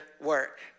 work